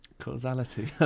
Causality